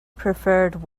preferred